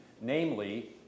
Namely